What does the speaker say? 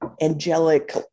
angelic